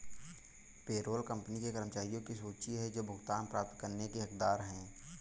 payroll company के कर्मचारियों की सूची है जो भुगतान प्राप्त करने के हकदार हैं